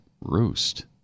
roost